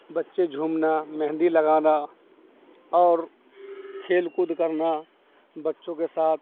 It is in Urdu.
بچے جھومنا مہندی لگانا اور کھیل کود کرنا بچوں کے ساتھ